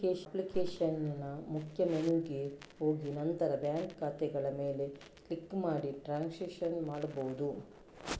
ಅಪ್ಲಿಕೇಶನಿನ ಮುಖ್ಯ ಮೆನುಗೆ ಹೋಗಿ ನಂತರ ಬ್ಯಾಂಕ್ ಖಾತೆಗಳ ಮೇಲೆ ಕ್ಲಿಕ್ ಮಾಡಿ ಟ್ರಾನ್ಸಾಕ್ಷನ್ ಮಾಡ್ಬಹುದು